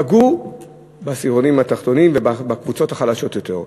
פגעו בעשירונים התחתונים ובקבוצות החלשות יותר.